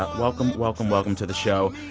um welcome, welcome, welcome to the show.